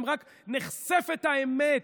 רק נחשפת האמת